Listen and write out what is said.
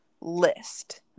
list